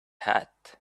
hat